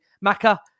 Maka